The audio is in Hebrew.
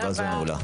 ישיבה זו נעולה.